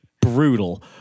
brutal